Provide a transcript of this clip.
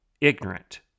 ignorant